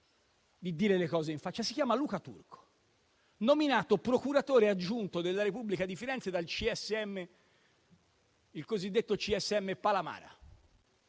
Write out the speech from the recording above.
Si chiama Luca Turco. Nominato procuratore aggiunto della Repubblica di Firenze dal CSM, il cosiddetto CSM Palamara.